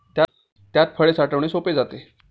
त्यात फळे साठवणे सोपे जाते